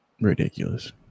ridiculous